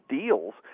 deals